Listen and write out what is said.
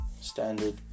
Standard